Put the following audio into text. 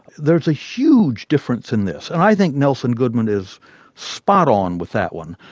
there's a huge difference in this, and i think nelson goodman is spot-on with that one,